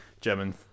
German